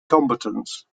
combatants